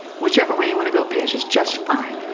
whichever way you want to go paige is just fine.